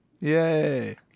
Yay